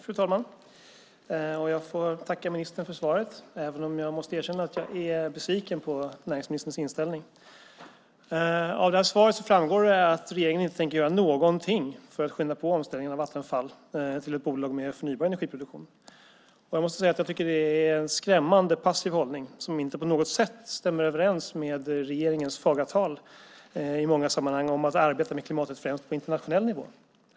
Fru talman! Jag får tacka ministern för svaret, även om jag måste erkänna att jag är besviken på näringsministerns inställning. Av svaret framgår att regeringen inte tänker göra någonting för att skynda på omställningen av Vattenfall till ett bolag med förnybar energiproduktion. Det är en skrämmande passiv hållning som inte på något sätt stämmer överens med regeringens fagra tal i många sammanhang om att arbeta med klimatet främst på internationell nivå.